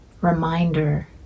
reminder